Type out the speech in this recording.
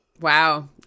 Wow